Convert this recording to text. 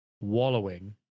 wallowing